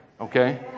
Okay